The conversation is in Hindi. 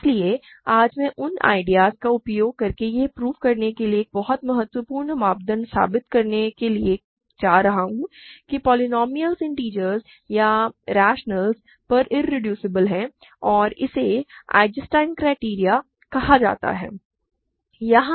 इसलिए आज मैं उन आइडियाज का उपयोग यह प्रूव करने के लिए एक बहुत महत्वपूर्ण मापदंड साबित करने के लिए करने जा रहा हूं कि पॉलिनॉमियल्स इंटिजर्स या रैशनल्स पर इरेड्यूसिबल हैं और इसे आइजेंस्टाइन क्राइटेरियन कहा जाता है